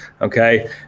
okay